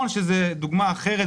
נכון שזו דוגמה אחרת,